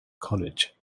college